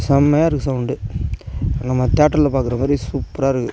செம்மயா இருக்குது சவுண்டு நம்ம தேட்டரில் பார்க்குற மாதிரி சூப்பராக இருக்குது